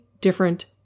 different